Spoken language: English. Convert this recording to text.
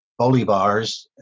Bolivars